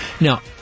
Now